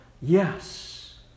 Yes